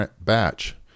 batch